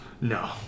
No